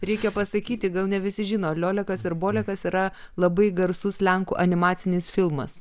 reikia pasakyti gal ne visi žino liolekas ir bolekas yra labai garsus lenkų animacinis filmas